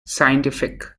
scientific